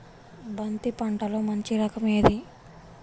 బంతి పంటలో మంచి రకం ఏది?